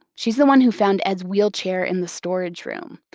she's the one who found ed's wheelchair in the storage room.